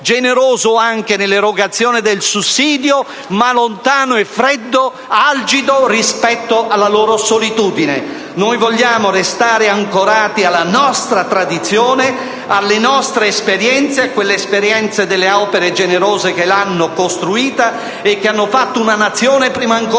generoso anche nell'erogazione del sussidio, ma lontano e freddo, algido rispetto alla loro solitudine. *(Applausi del senatore* *Bitonci)*. Noi vogliamo restare ancorati alla nostra tradizione, alle nostre esperienze, a quelle esperienze delle opere generose che l'hanno costruita, che hanno fatto una Nazione prima ancora